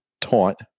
taunt